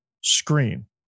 screen